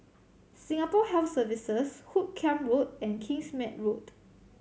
Singapore Health Services Hoot Kiam Road and Kingsmead Road